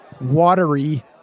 watery